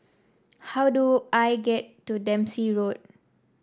how do I get to Dempsey Road